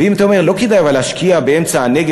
ואם אתה אומר: לא כדאי להשקיע באמצע הנגב